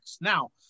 Now